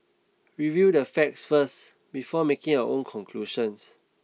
review the facts first before making your own conclusions